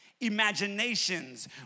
Imaginations